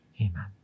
amen